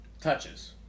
touches